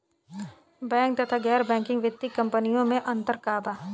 Bank तथा गैर banking वित्तीय कम्पनीयो मे अन्तर का बा?